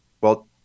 Well-